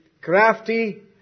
crafty